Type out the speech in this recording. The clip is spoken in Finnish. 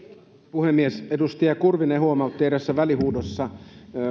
puhemies edustaja kurvinen huomautti eräässä välihuudossa